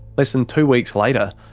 less than two weeks later,